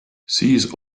siis